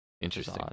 Interesting